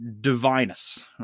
Divinus